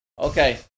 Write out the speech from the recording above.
Okay